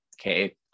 Okay